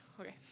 Okay